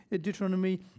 Deuteronomy